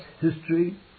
history